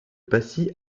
passy